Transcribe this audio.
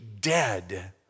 dead